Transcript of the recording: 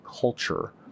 culture